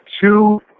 two